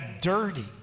dirty